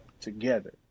together